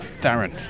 Darren